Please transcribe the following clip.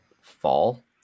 fall